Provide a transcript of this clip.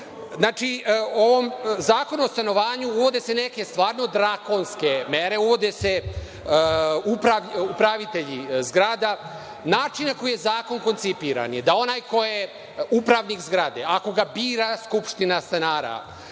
da neće.U Zakon o stanovanju uvode se neke stvarno drakonske mere, uvode se upravitelji zgrada. Način na koji je zakon koncipiran je da onaj ko je upravnik zgrade, ako ga bira skupština stanara,